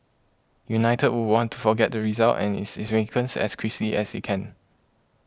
United will want to forget the result and its as as they can